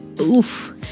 oof